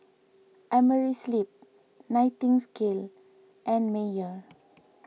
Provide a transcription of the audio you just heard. Amerisleep Nightingale and Mayer